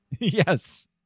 Yes